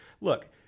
look